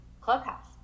Clubhouse